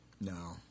no